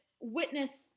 Witness